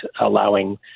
allowing